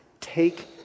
Take